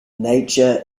nature